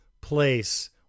place